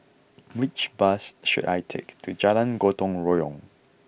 which bus should I take to Jalan Gotong Royong